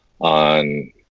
on